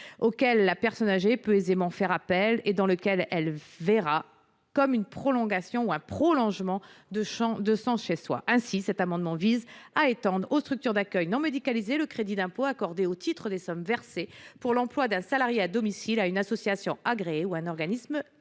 auquel la personne âgée peut aisément faire appel et dans lequel elle verra comme un prolongement de son propre domicile. Ainsi, cet amendement vise à étendre aux structures d’accueil non médicalisé le crédit d’impôt accordé au titre des sommes versées pour l’emploi d’un salarié à domicile à une association agréée ou à un organisme habilité